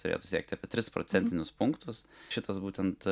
turėtų siekti apie tris procentinius punktus šitas būtent